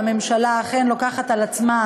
הממשלה אכן לוקחת על עצמה,